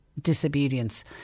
disobedience